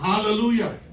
Hallelujah